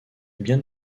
bien